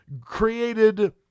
created